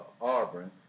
Auburn